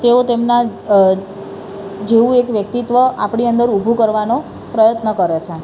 તેઓ તેમના અ જેવું એક વ્યક્તિત્ત્વ આપણી અંદર ઉભું કરવાનો પ્રયત્ન કરે છે